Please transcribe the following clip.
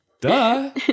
Duh